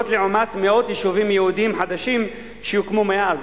זאת לעומת מאות יישובים יהודיים חדשים שהוקמו מאז.